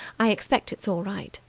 i expect it's all right.